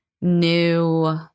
new